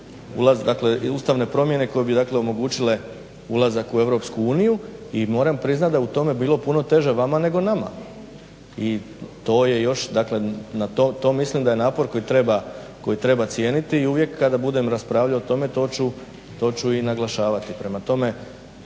ulazak, dakle ustavne promjene koje bi dakle omogućile ulazak u EU i moram priznat da je u tome bilo puno teže vama nego nama. I to je još, to mislim da je napor koji treba cijeniti i uvijek kada budem raspravljao o tome, to ću i naglašavati.